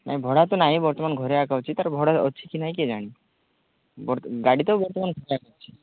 ନାହିଁ ବର୍ତ୍ତମାନ ଘରେ ଆକା ଅଛି ତା'ର ଭଡ଼ା ଅଛି କି ନାଇ କିଏ ଜାଣି ଗାଡ଼ି ତ ବର୍ତ୍ତମାନ ଘରେ ଅଛି